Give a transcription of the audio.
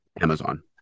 Amazon